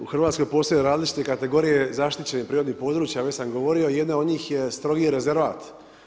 U Hrvatskoj postoje različite kategorije zaštićene prirodnih područja, već sam govorio, jedna od njih je strogi rezervat.